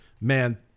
man